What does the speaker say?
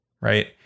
Right